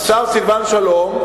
השר סילבן שלום,